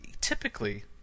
typically